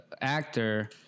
actor